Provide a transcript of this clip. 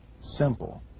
simple